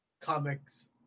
comics